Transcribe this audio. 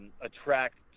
attract